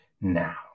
Now